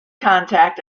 contact